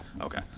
okay